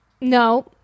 No